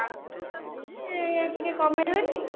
ପାଞ୍ଚ ଲିଟର ନେବି ଟିକେ କମେଇବେନି